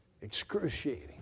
excruciating